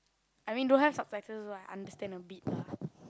I mean don't have subtitles one I understand a bit lah